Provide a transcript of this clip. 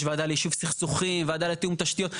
יש ועדה ליישוב סכסוכים, ועדה לתיאום תשתיות.